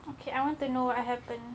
okay I want to know what happen